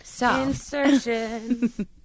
Insertion